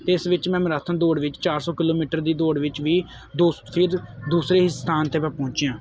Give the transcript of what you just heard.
ਇਸ ਵਿੱਚ ਮੈਂ ਮੈਰਾਥਨ ਦੌੜ ਵਿੱਚ ਚਾਰ ਸੌ ਕਿਲੋਮੀਟਰ ਦੀ ਦੌੜ ਵਿੱਚ ਵੀ ਦੂਸਰੇ ਹੀ ਸਥਾਨ 'ਤੇ ਮੈਂ ਪਹੁੰਚਿਆ